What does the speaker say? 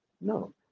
No